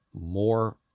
more